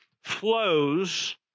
flows